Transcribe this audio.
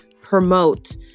promote